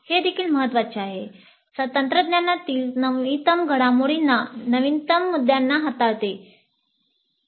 हे देखील महत्वाचे आहे तंत्रज्ञानातील नवीनतम घडामोडीना नवीनतम मुद्द्यांना हाताळते